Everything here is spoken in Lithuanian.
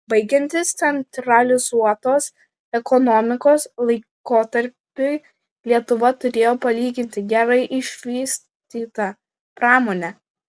baigiantis centralizuotos ekonomikos laikotarpiui lietuva turėjo palyginti gerai išvystytą pramonę